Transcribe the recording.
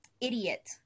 idiot